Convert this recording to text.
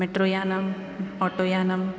मेट्रोयानम् आटोयानम्